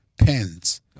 pens